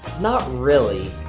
not really,